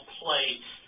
place